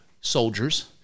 soldiers